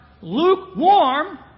lukewarm